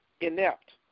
inept